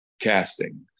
casting